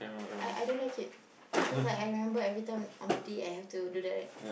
I I don't like it because I I remember every time on the day I have to do that right